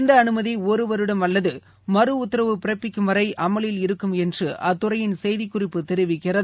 இந்த அனுமதி ஒரு வருடம் அல்லது மறு உத்தரவு பிறப்பிக்கும் வரை அமலில் இருக்கும் என்று அத்துறையின் செய்திக்குறிப்பு தெரிவிக்கிறது